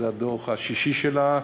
זה הדוח השישי שלה,